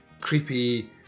creepy